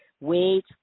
Wait